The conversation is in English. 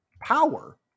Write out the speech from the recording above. power